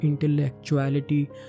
intellectuality